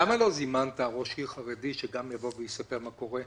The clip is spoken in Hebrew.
למה לא זימנת ראש עירייה חרדי שגם יבוא ויספר מה קורה?